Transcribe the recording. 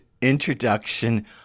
introduction